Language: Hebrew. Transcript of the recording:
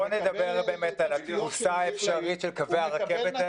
בוא נדבר על התפוסה האפשרית של קווי הרכבת האלה.